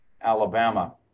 Alabama